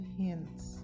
hints